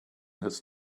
his